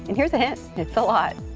and here's a hint, it's it's a lot.